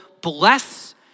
bless